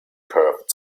curved